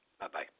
Bye-bye